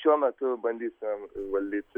šiuo metu bandysim valdyti